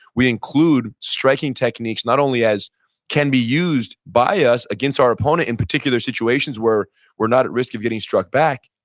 we include striking techniques not only as can be used by us against our opponent in particular situations where we're not at risk of getting struck back,